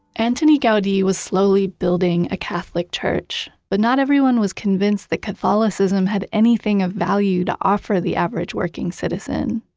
antoni gaudi was slowly building a catholic church but not everyone was convinced that catholicism had anything of value to offer the average working citizen.